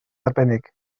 arbennig